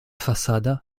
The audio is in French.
façades